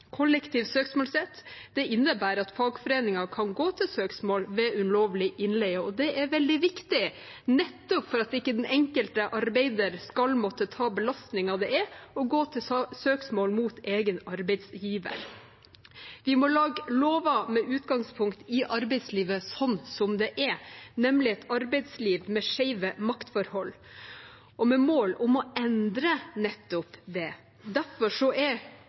Kollektiv søksmålsrett innebærer at fagforeninger kan gå til søksmål ved ulovlig innleie, og det er veldig viktig, nettopp for at ikke den enkelte arbeider skal måtte ta belastningen det er å gå til søksmål mot egen arbeidsgiver. Vi må lage lover med utgangspunkt i arbeidslivet sånn det er, nemlig et arbeidsliv med skjeve maktforhold – og med mål om å endre nettopp det. Derfor